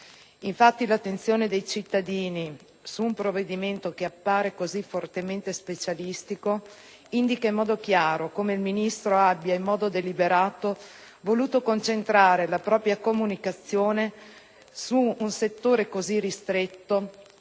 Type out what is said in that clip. Infatti, l'attenzione dei cittadini su un provvedimento che appare così fortemente specialistico indica in modo chiaro come il Ministro abbia voluto in modo deliberato concentrare la propria comunicazione su un settore così ristretto